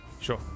sure